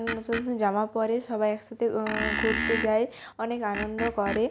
অনেক নতুন নতুন জামা পরে সবাই একসাথে ঘুরতে যায় অনেক আনন্দ করে